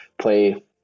play